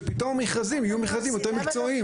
שפתאום המכרזים יהיו מכרזים יותר מקצועיים.